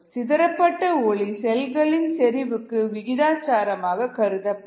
சிதரப்பட்ட ஒளி செல்களின் செறிவுக்கு விகிதாச்சாரம் ஆக கருதப்படும்